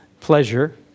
Pleasure